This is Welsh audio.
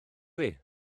iddi